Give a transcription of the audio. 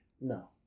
No